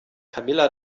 camilla